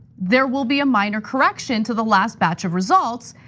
there will be a minor correction to the last batch of results,